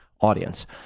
audience